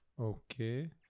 Okay